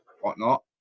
whatnot